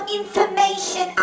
information